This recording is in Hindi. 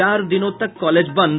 चार दिनों तक कॉलेज बंद